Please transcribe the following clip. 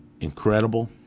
incredible